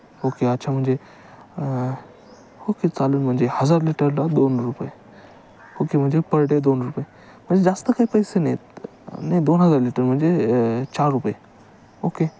okay अच्छा म्हणजे okay चालेल म्हणजे हजार लिटरला दोन रुपये ओके म्हणजे पर डे दोन रुपये म्हणजे जास्त काय पैसे नाहीत नाही दोन हजार लिटर म्हणजे चार रुपये ओके